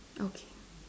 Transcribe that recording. okay